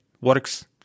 works